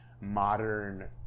modern